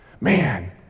Man